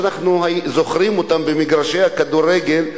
שאנחנו זוכרים אותה במגרשי הכדורגל,